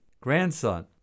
grandson